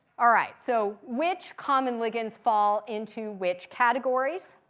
all right, so which common ligands fall into which categories?